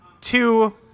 two